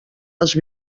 les